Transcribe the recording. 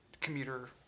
commuter